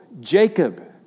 Jacob